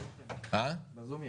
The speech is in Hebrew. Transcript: בזום יש.